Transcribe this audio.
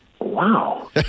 wow